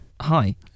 hi